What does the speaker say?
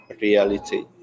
reality